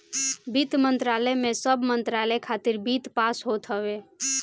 वित्त मंत्रालय में सब मंत्रालय खातिर वित्त पास होत हवे